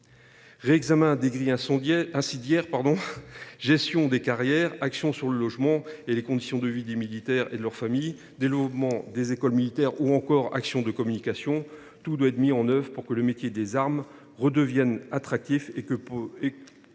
Réexamen des grilles indiciaires, gestion des carrières, actions sur le logement et les conditions de vie des militaires et de leur famille, développement des écoles militaires ou encore actions de communication : tout doit être mis en œuvre pour que le métier des armes redevienne attractif. Il faut